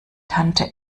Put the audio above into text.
tante